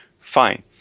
Fine